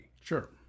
Sure